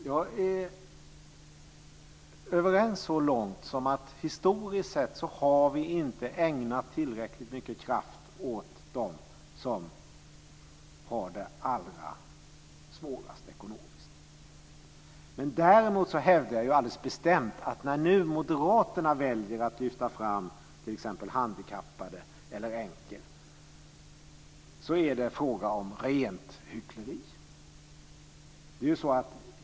Jag är överens så långt som att historiskt sett har vi inte ägnat tillräckligt mycket kraft åt dem som har det allra svårast ekonomiskt. Däremot hävdar jag alldeles bestämt att när nu Moderaterna väljer att lyfta fram handikappade eller änkor är det fråga om rent hyckleri.